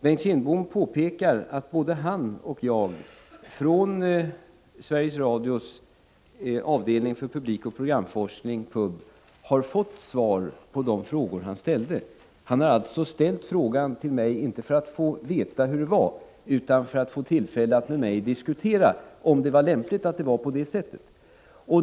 Bengt Kindbom påpekar att både han och jag från Sveriges Radios avdelning för publikoch programforskning, PUB, har fått svar på de frågor han ställde. Han har alltså ställt frågan till mig inte för att få veta hur det var utan för att få tillfälle att med mig diskutera om det var lämpligt att det var på det sättet.